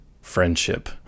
friendship